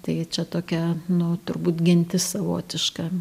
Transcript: tai čia tokia nu turbūt gentis savotiška